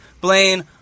Blaine